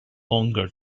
longer